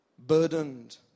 Burdened